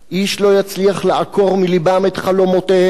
איש לא יצליח לעקור מלבם את חלומותיהם.